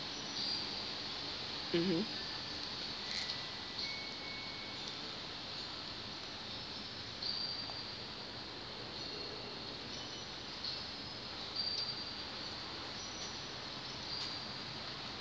mmhmm